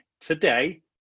today